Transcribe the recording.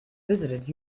visited